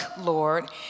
Lord